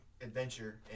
adventure